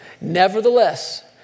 Nevertheless